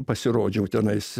pasirodžiau tenais